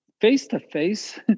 face-to-face